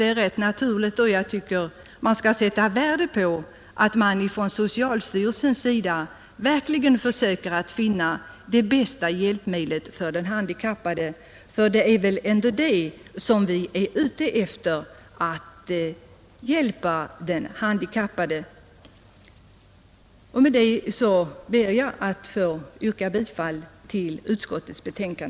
Det är av stort värde att socialstyrelsen verkligen försöker finna det bästa hjälpmedlet för den handikappade, för vi är väl ändå ute efter att hjälpa den handikappade? Med detta ber jag att få yrka bifall till utskottets hemställan.